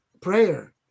prayer